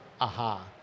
aha